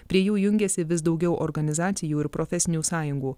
prie jų jungiasi vis daugiau organizacijų ir profesinių sąjungų